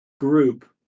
group